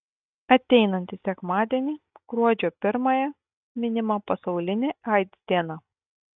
ateinantį sekmadienį gruodžio pirmąją minima pasaulinė aids diena